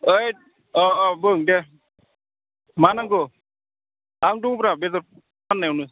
ऐद अ अ बुं दे मा नांगौ आं दंब्रा बेदर फाननायावनो